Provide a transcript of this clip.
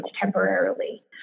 temporarily